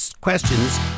questions